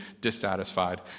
dissatisfied